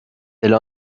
elle